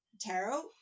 tarot